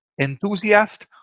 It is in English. enthusiast